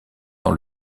dans